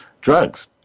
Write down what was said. drugs